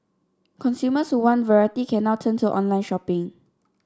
consumers who want variety can now turn to online shopping